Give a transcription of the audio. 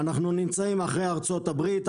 אנחנו נמצאים אחרי ארצות הברית,